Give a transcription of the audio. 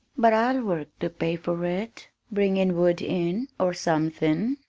but i'll work to pay for it bringin' wood in, or somethin'.